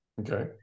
okay